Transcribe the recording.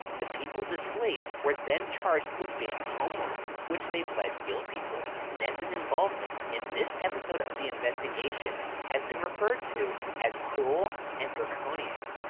the people displaced were then charged with being homeless, which they plead guilty for. ness's involvement in this episode of the investigation has been referred to as cruel and draconian.